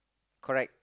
correct